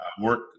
Work